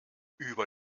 über